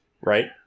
right